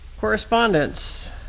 Correspondence